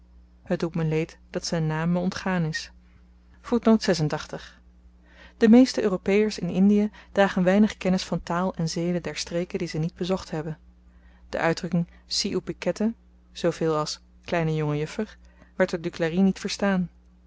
het doet me leed dat z'n naam my ontgaan is de meeste europeërs in indie dragen weinig kennis van taal en zeden der streken die ze niet bezocht hebben de uitdrukking si oepi keteh zooveel als kleine jonge juffer werd door duclari niet verstaan